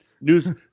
news